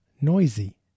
noisy